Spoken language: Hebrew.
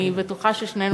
אני בטוחה ששנינו,